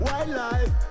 Wildlife